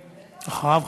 ואחריו,